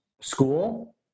school